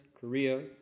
Korea